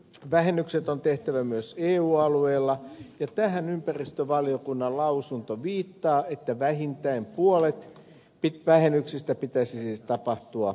vähennykset on tehtävä myös eu alueella ja tähän ympäristövaliokunnan lausunto viittaa että vähintään puolet vähennyksistä pitäisi siis tapahtua kotimaassa